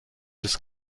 des